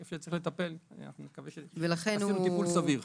ואיפה שצריך לטפל, אני מקווה שעשינו טיפול סביר.